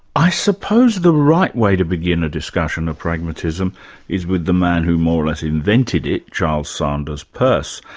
i suppose the right way to begin a discussion of pragmatism is with the man who more or less invented it, charles sanders peirce.